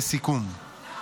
למה